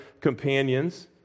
companions